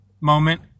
moment